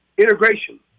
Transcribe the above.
integration